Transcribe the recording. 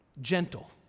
Gentle